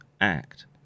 act